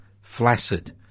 flaccid